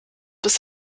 bis